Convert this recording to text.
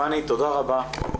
פני תודה רבה.